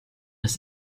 des